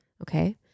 Okay